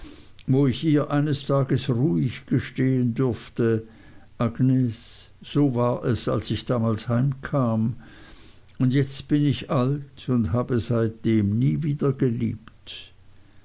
wo ich ihr eines tages ruhig gestehen dürfte agnes so war es als ich damals heimkam und jetzt bin ich alt und habe seitdem nie wieder geliebt